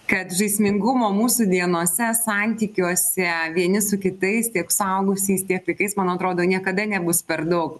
kad žaismingumo mūsų dienose santykiuose vieni su kitais tiek suaugusiais tiek vaikais man atrodo niekada nebus per daug